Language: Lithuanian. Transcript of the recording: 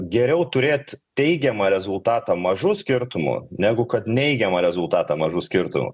geriau turėt teigiamą rezultatą mažu skirtumu negu kad neigiamą rezultatą mažu skirtumu